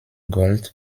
gold